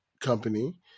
company